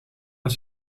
als